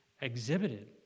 exhibited